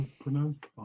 pronounced